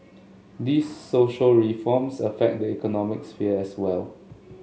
these social reforms affect the economic sphere as well